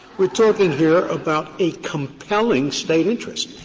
we're talking here about a compelling state interest.